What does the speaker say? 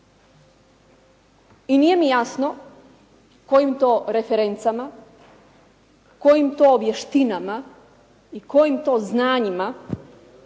I nije mi jasno kojim to referencama, kojim to vještinama i kojim to znanjima